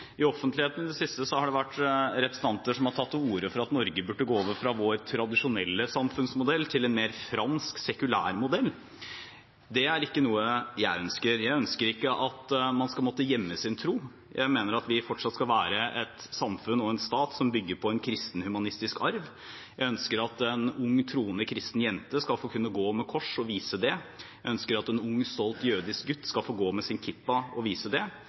I offentligheten i det siste har det vært representanter som har tatt til orde for at Norge burde gå over fra sin tradisjonelle samfunnsmodell til en mer fransk, sekulær modell. Det er ikke noe jeg ønsker. Jeg ønsker ikke at man skal måtte gjemme sin tro. Jeg mener at vi fortsatt skal være et samfunn og en stat som bygger på en kristen, humanistisk arv. Jeg ønsker at en ung, troende kristen jente skal få kunne gå med kors og vise det, jeg ønsker at en ung, stolt jødisk gutt skal få gå med sin kippa og vise det,